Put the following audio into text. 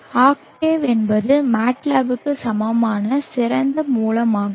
Octave என்பது MATLAB க்கு சமமான திறந்த மூலமாகும்